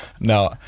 No